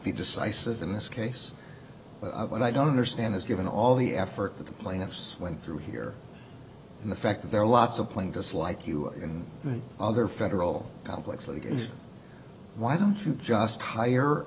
be decisive in this case but what i don't understand is given all the effort that the plaintiffs went through here and the fact that there are lots of plain just like you and other federal complex leaders why don't you just hire